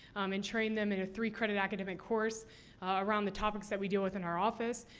um and trained them in a three-credit academic course around the topics that we deal with in our office.